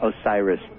Osiris